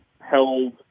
held